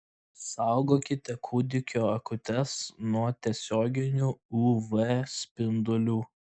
saugokite kūdikio akutes nuo tiesioginių uv spindulių